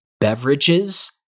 beverages